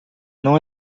não